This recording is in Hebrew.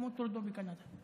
כמו טרודו בקנדה.